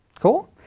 Cool